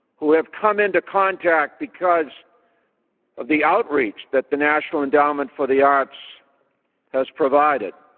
who have come into contact because of the outreach that the national endowment for the arts has provided.